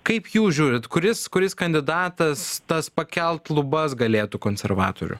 kaip jūs žiūrit kuris kuris kandidatas tas pakelt lubas galėtų konservatorių